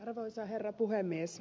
arvoisa herra puhemies